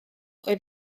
oedd